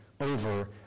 over